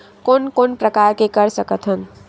कोन कोन प्रकार के कर सकथ हन?